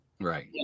Right